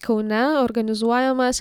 kaune organizuojamas